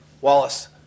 Wallace